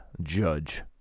judge